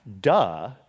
duh